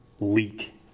leak